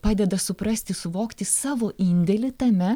padeda suprasti suvokti savo indėlį tame